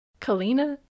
Kalina